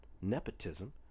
nepotism